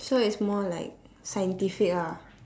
so it's more like scientific ah